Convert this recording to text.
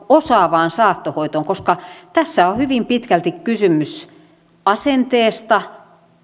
osaavaan saattohoitoon koska tässä on hyvin pitkälti kysymys asenteesta